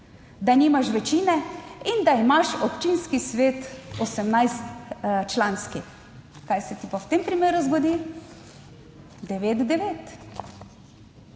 da nimaš večine in da imaš občinski svet 18 članski. Kaj se ti pa v tem primeru zgodi 9:9.